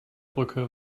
brücke